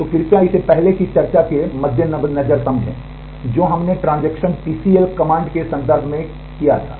तो कृपया इसे पहले की चर्चा के मद्देनजर समझें जो हमने ट्रांजेक्शन टीसीएल कमांड के संदर्भ में की थी